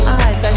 eyes